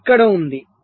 ఇది ఇక్కడ ఉంది